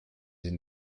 sie